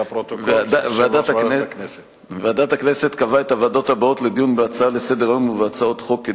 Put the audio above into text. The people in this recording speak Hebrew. ועדת הכנסת קבעה את הוועדות הבאות לדיון בהצעה לסדר-היום ובהצעות חוק,